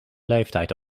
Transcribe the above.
leeftijd